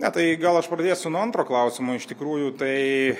ne tai gal aš pradėsiu nuo antro klausimo iš tikrųjų tai